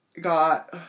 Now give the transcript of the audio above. Got